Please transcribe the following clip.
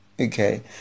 okay